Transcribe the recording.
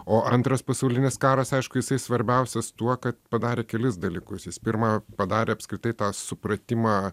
o antras pasaulinis karas aišku jisai svarbiausias tuo kad padarė kelis dalykus jis pirma padarė apskritai tą supratimą